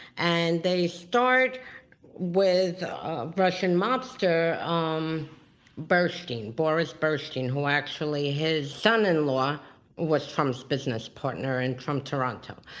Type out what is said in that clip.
and they start with a russian mobster, um burshteyn. boris burshteyn, who actually his son in law was tom's business partner and from toronto.